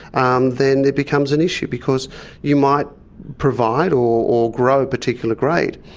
um then it becomes an issue. because you might provide or or grow a particular grade,